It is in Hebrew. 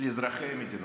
לאזרחי המדינה.